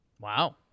Wow